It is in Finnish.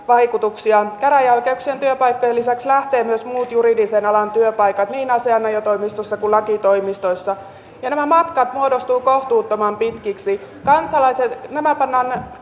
vaikutuksia käräjäoikeuksien työpaikkojen lisäksi lähtevät myös muut juridisen alan työpaikat niin asianajotoimistoissa kuin lakitoimistoissa ja nämä matkat muodostuvat kohtuuttoman pitkiksi nämä pannaan